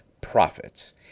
profits